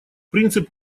принцип